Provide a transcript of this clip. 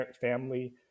family